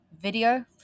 video